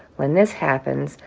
when this happens,